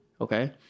okay